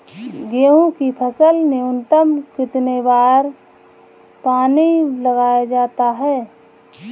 गेहूँ की फसल में न्यूनतम कितने बार पानी लगाया जाता है?